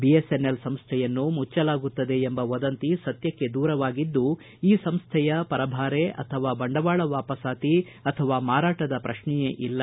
BSNL ಸಂಸ್ಥೆಯನ್ನು ಮುಚ್ಚಲಾಗುತ್ತದೆ ಎಂಬ ವದಂತಿ ಸತ್ಯಕ್ಷೆ ದೂರವಾಗಿದ್ದು ಈ ಸಂಸ್ಥೆಯ ಪರಭಾರೆ ಅಥವಾ ಬಂಡವಾಳ ವಾಪಸಾತಿ ಅಥವಾ ಮಾರಾಟದ ಪ್ರಶ್ನೆಯೇ ಇಲ್ಲ